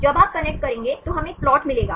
जब आप कनेक्ट करेंगे तो हमें एक प्लॉट मिलेगा